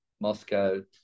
Moscow